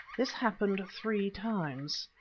this happened three times.